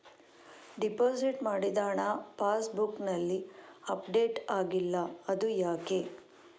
Deposit ಮಾಡಿದ ಹಣ ಪಾಸ್ ಬುಕ್ನಲ್ಲಿ ಅಪ್ಡೇಟ್ ಆಗಿಲ್ಲ ಅದು ಯಾಕೆ?